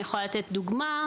אני יכולה לתת דוגמה,